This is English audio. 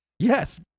Yes